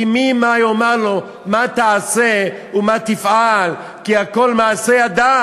כי מי יאמר לו מה תעשה ומה תפעל כי הכול מעשה ידיו.